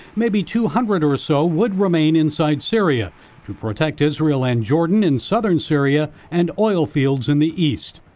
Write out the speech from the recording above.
maybe two hundred or so, would remain inside syria to protect israel and jordan in southern syria and oilfields in the east.